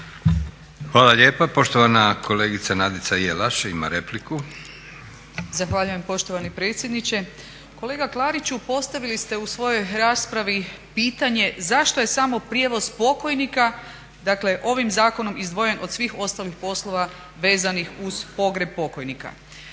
Hvala lijepa. Poštovana kolegica Nadica Jelaš ima repliku. **Jelaš, Nadica (SDP)** Zahvaljujem poštovani predsjedniče. Kolega Klariću, postavili ste u svojoj raspravi pitanje zašto je samo prijevoz pokojnika dakle ovim zakonom izdvojen od svih ostalih poslova vezanih uz pogreb pokojnika.